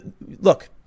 look